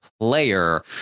player